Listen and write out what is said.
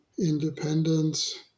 independence